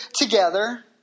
together